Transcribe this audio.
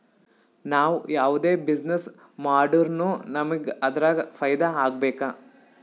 ನಾವ್ ಯಾವ್ದೇ ಬಿಸಿನ್ನೆಸ್ ಮಾಡುರ್ನು ನಮುಗ್ ಅದುರಾಗ್ ಫೈದಾ ಆಗ್ಬೇಕ